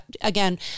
Again